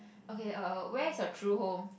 okay err where is your true home